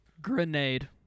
Grenade